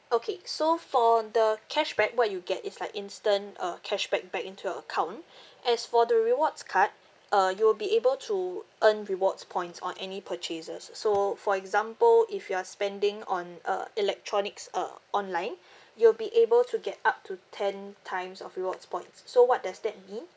okay so for the cashback what you get is like instant uh cashback back into your account as for the rewards card uh you will be able to earn rewards points on any purchases so for example if you are spending on uh electronics uh online you'll be able to get up to ten times of rewards points so what does that mean